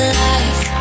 life